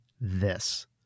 this